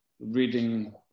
reading